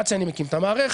עד שאני מקים את המערכת,